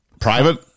Private